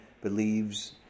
believes